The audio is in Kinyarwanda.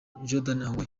ayew